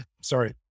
Sorry